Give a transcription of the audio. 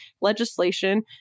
legislation